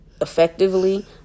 effectively